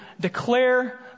declare